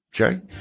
Okay